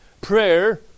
Prayer